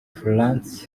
florence